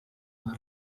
una